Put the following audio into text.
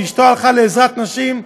ואשתו הלכה לעזרת הנשים,